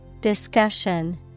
Discussion